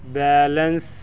balance